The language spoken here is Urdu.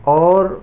اور